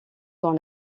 dans